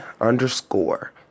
underscore